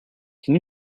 can